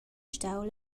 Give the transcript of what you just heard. stau